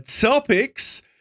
topics